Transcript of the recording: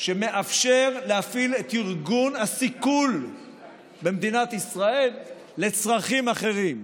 שמאפשר להפעיל את ארגון הסיכול במדינת ישראל לצרכים אחרים,